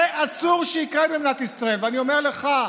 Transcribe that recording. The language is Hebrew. אסור שזה יקרה במדינת ישראל, ואני אומר לך,